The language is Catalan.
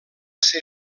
ser